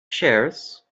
shares